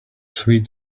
sweet